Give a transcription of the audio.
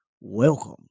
Welcome